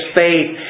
faith